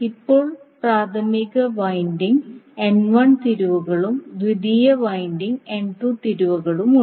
ഇപ്പോൾ പ്രാഥമിക വൈൻഡിംഗിന് തിരിവുകളും ദ്വിതീയ വൈൻഡിംഗിന് തിരിവുകളുമുണ്ട്